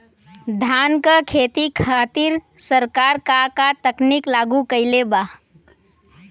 धान क खेती खातिर सरकार का का तकनीक लागू कईले बा?